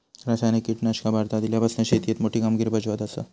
रासायनिक कीटकनाशका भारतात इल्यापासून शेतीएत मोठी कामगिरी बजावत आसा